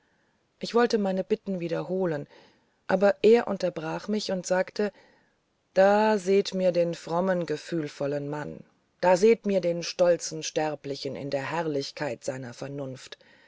ich wollte meine bitten wiederholen aber er unterbrach mich und sagte da seht mir den frommen gefühlvollen mann da seht mir den stolzen sterblichen in der herrlichkeit seiner vernunft